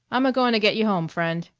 i'm agoin' to get you home, friend.